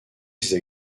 ses